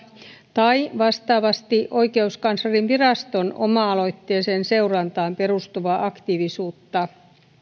tai vastaavasti oikeuskanslerinviraston oma aloitteeseen seurantaan perustavaa aktiivisuutta